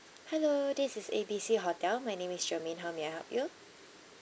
hello this is A B C hotel my name is shermaine how may I help you